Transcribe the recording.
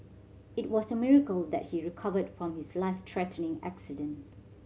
it was a miracle that he recovered from his life threatening accident